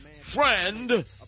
friend